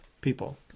people